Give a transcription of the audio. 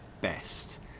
best